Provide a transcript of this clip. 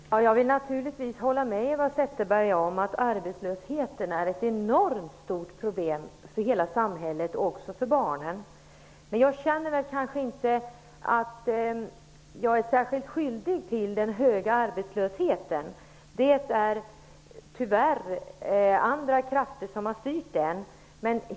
Herr talman! Jag håller naturligtvis med Eva Zetterberg om att arbetslösheten är ett enormt stort problem för hela samhället, även för barnen. Men jag känner kanske inte att jag är särskilt skyldig till den höga arbetslösheten. Det är tyvärr andra krafter som har styrt den.